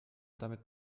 damit